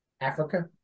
Africa